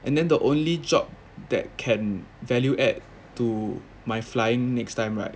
and then the only job that can value add to my flying next time right